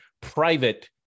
private